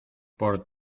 por